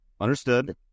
Understood